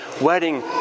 wedding